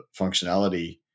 functionality